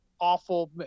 awful